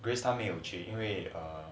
grace 他没有去因为 err